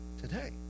today